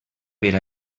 per